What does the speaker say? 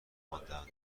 ماندهاند